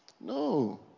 No